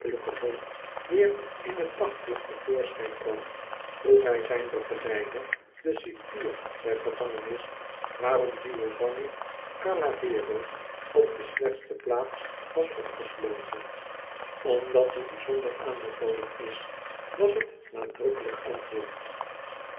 weer in t daglicht to voorschijn kwam vroeg hij zijn begeleider den cipier der gevangenis waarom giovanni carlavero op de slechtste plaats was opgesloten omdat hij bijzonder aanbevolen is was het nadrukkelijk antwoord